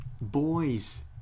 boys